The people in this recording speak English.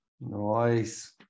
nice